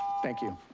thank you.